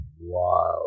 wow